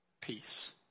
Peace